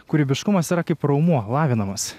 kūrybiškumas yra kaip raumuo lavinamas